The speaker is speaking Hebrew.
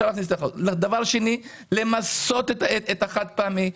צריך למסות את החד פעמי,